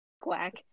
Quack